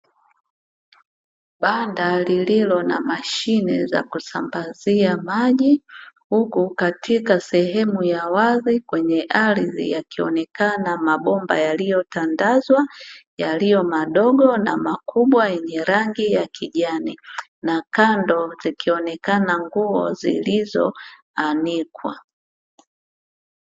Banda lililo na mashine za kusambazia maji, huku katika sehemu ya wazi kwenye ardhi yakionekana mabomba yaliyotandazwa, yaliyo madogo na makubwa yenye rangi ya kijani, na kando zikionekana nguo zilizoanikwa.